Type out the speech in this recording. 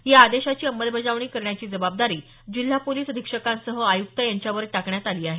या आदेशाची अंमलबजावणी करण्याची जबाबदारी जिल्हा पोलिस अधीक्षकांसह आयुक्त यांच्यावर टाकण्यात आली आहे